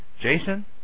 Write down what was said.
Jason